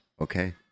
Okay